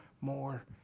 more